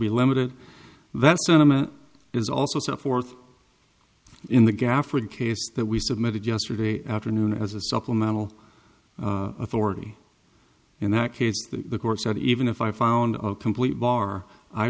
be limited that sentiment is also set forth in the gaffer a case that we submitted yesterday afternoon as a supplemental authority in that case the course that even if i found complete bar i